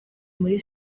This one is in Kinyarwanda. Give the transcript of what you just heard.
muri